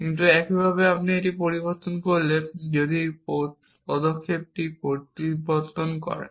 কিন্তু একইভাবে এটি পরিবর্তন করলে যদি আপনি এই পদক্ষেপটি পরিবর্তন করেন